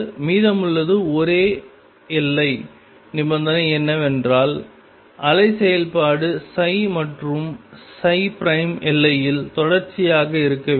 மீதமுள்ள ஒரே எல்லை நிபந்தனை என்னவென்றால் அலை செயல்பாடு மற்றும் எல்லையில் தொடர்ச்சியாக இருக்க வேண்டும்